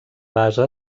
base